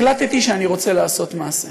החלטתי שאני רוצה לעשות מעשה.